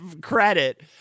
credit